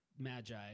magi